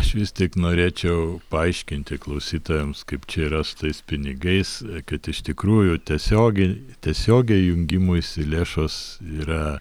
aš vis tik norėčiau paaiškinti klausytojams kaip čia yra su tais pinigais kad iš tikrųjų tiesiogiai tiesiogiai jungimuisi lėšos yra